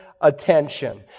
attention